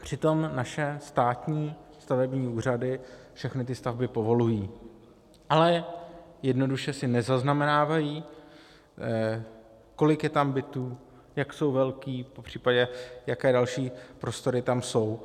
Přitom naše státní stavební úřady všechny ty stavby povolují, ale jednoduše si nezaznamenávají, kolik je tam bytů, jak jsou velké, popř. jaké další prostory tam jsou.